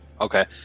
okay